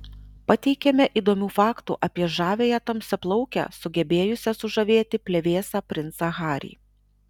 pateikiame įdomių faktų apie žaviąją tamsiaplaukę sugebėjusią sužavėti plevėsą princą harry